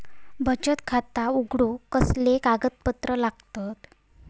बचत खाता उघडूक कसले कागदपत्र लागतत?